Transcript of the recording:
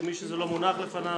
למי שזה לא מונח לפניו.